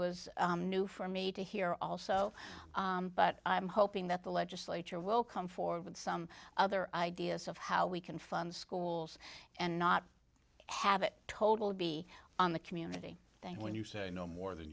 was new for me to hear also but i'm hoping that the legislature will come forward with some other ideas of how we can fund schools and not have it total be on the community thank you when you say no more than